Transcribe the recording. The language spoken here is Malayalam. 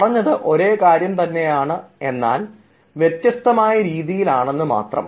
പറഞ്ഞത് അതേ കാര്യം തന്നെയാണ് എന്നാൽ വ്യത്യസ്തമായ രീതിയിൽ ആണെന്ന് മാത്രം